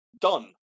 done